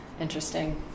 interesting